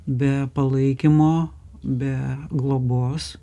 be palaikymo be globos